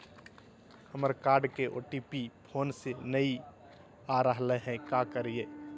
हमर कार्ड के OTP phone पे नई आ रहलई हई, का करयई?